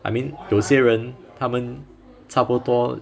I mean 有些人他们差不多